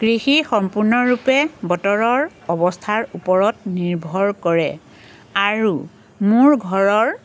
কৃষি সম্পূ্ৰ্ণৰূপে বতৰৰ অৱস্থাৰ ওপৰত নিৰ্ভৰ কৰে আৰু মোৰ ঘৰৰ